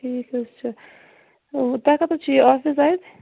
ٹھیٖک حظ چھُ تۄہہِ کَتیٚتھ چھو یہِ آفِس اَتہِ